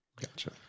Gotcha